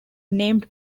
named